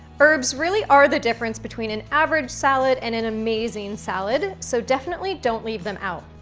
herbs really are the difference between an average salad, and an amazing salad, so definitely don't leave them out.